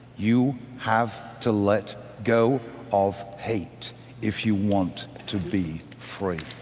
you have to let go of hate if you want to be free